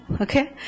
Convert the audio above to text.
Okay